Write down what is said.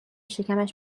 شکمش